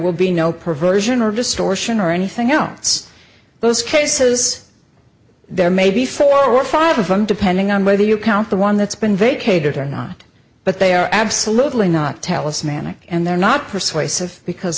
will be no perversion or distortion or anything else it's those cases there may be four or five of them depending on whether you count the one that's been vacated or not but they are absolutely not talismanic and they're not persuasive because